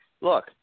Look